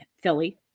Philly